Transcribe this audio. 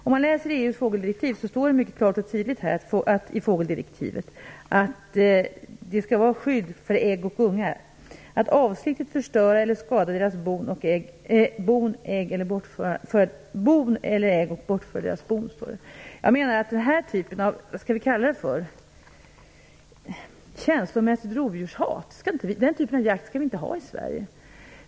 I EU:s fågeldirektiv står det mycket klart och tydligt att det skall vara skydd för ägg och ungar. Det skall inte vara tillåtet att avsiktligt förstöra eller skada deras bon eller ägg och bortföra deras bon. Den här typen av känslomässigt rovdjurshat skall vi inte ha i Sverige.